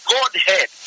Godhead